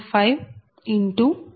5 0